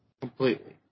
Completely